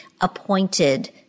appointed